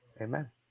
Amen